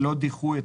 בלא דיחוי,